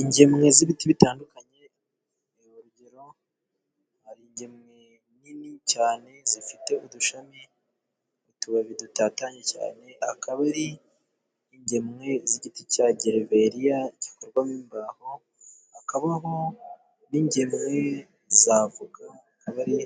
Ingemwe z'ibiti bitandukanye ni urugero. Hari ingemwe nini cyane zifite udushami mu tubabi dutatanye cyane akaba ari ingemwe z'igiti cya giriveriya gikorwamo imbaho. Hakabaho n'ingemwe z'avoka, kaba ari